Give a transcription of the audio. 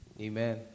Amen